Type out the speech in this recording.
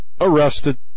arrested